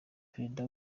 perezida